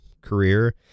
career